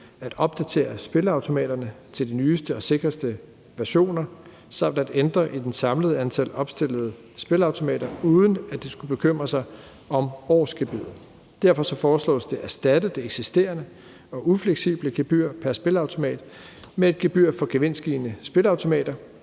at opdatere spilleautomaterne til de nyeste og sikreste versioner samt at ændre i det samlede antal opstillede spilleautomater, uden at de skal bekymre sig om årsgebyret. Derfor foreslås det at erstatte det eksisterende og ufleksible gebyr pr. spilleautomat med et gebyr for gevinstgivende spilleautomater,